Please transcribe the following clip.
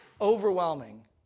overwhelming